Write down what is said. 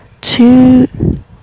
two